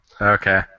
Okay